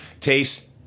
taste